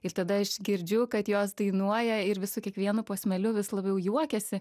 ir tada aš girdžiu kad jos dainuoja ir vis su kiekvienu posmeliu vis labiau juokiasi